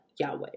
Yahweh